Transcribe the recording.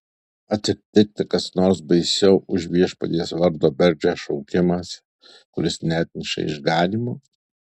atsitikti kas nors baisiau už viešpaties vardo bergždžią šaukimąsi kuris neatneša išganymo